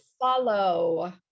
follow